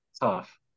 tough